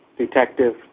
detective